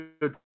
good